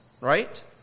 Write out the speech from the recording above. right